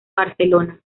barcelona